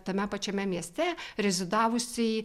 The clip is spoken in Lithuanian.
tame pačiame mieste rezidavusiai